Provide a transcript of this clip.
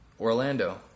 Orlando